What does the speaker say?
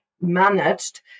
managed